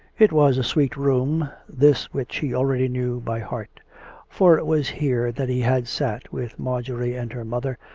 it was a sweet room this which he already knew by heart for it was here that he had sat with marjorie and her mother,